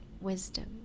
wisdom